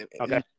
Okay